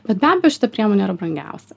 bet be abejo šita priemonė yra brangiausia